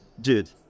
dude